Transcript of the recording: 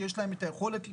שיש להם היכולת להשתלט,